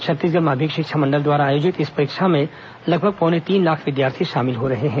छत्तीसगढ़ माध्यमिक शिक्षा मंडल द्वारा आयोजित इस परीक्षा में लगभग पौने तीन लाख विद्यार्थी शामिल हो रहे हैं